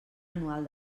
anual